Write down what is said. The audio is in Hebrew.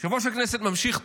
יושב-ראש הכנסת ממשיך פה,